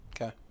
Okay